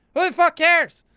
who the fuck cares?